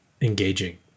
engaging